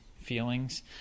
feelings